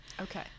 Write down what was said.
Okay